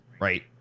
right